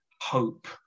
hope